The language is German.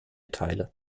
teile